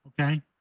Okay